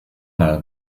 mal